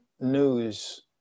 news